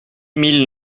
mille